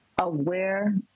aware